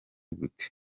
gute